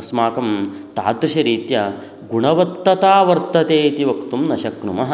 अस्माकं तादृशरीत्या गुणवत्तता वर्तते इति वक्तुं न शक्नुमः